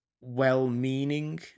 well-meaning